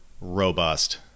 robust